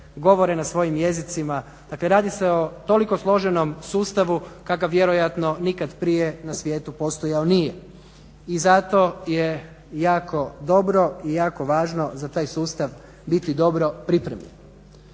govore na svojim jezicima. Dakle, radi se o toliko složenom sustavu kakav vjerojatno nikad prije na svijetu postojao nije. I zato je jako dobro i jako važno za taj sustav biti dobro pripremljen.